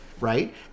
right